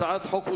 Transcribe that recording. הצעת החוק אושרה,